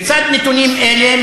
לצד נתונים אלה,